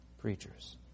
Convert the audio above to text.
preachers